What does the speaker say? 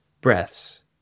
breaths